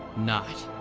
not.